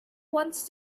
wants